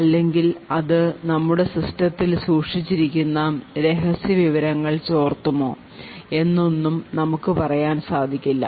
അല്ലെങ്കിൽ അത് നമ്മുടെ സിസ്റ്റത്തിൽ സൂക്ഷിച്ചിരിക്കുന്ന രഹസ്യ വിവരങ്ങൾ ചോർത്തുമോ എന്നൊന്നും നമുക്ക് പറയുവാൻ സാധിക്കില്ല